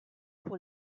pour